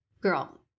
Girl